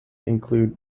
include